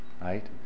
Right